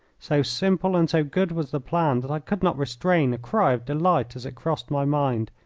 so simple and so good was the plan that i could not restrain a cry of delight as it crossed my mind,